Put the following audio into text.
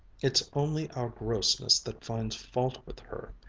it's only our grossness that finds fault with her.